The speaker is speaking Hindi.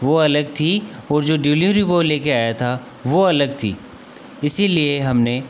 वह अलग थी और जो डिलीवरी बॉय लेकर आया था वह अलग थी इसीलिए हमने